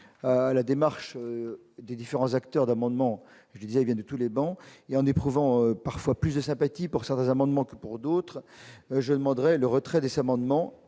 à la démarche des différents acteurs d'amendements, je disais bien de tous les bancs, il y en éprouvant parfois plus de sympathie pour certains amendements que pour d'autres, je demanderai leur retrait décemment